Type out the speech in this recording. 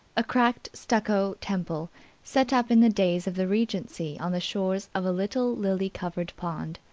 a cracked stucco temple set up in the days of the regency on the shores of a little lily-covered pond.